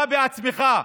אתה בעצמך.